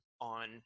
on